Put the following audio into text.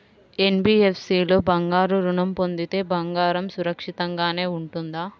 NBFC లో బంగారు ఋణం పొందితే బంగారం సురక్షితంగానే ఉంటుందా?